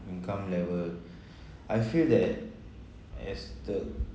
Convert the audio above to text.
income level I feel that as the